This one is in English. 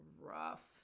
rough